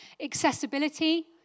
Accessibility